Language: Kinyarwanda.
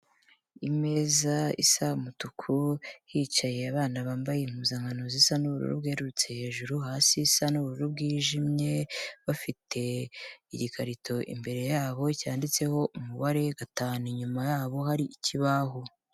Imeza isa umutuku, hicaye abana bambaye impuzankano zisa n'ubururu bwerurutse hejuru, hasi isa n'ubururu bwijimye, bafite igikarito imbere yabo cyanditseho umubare gatanu, inyuma yabo hari ikibaho.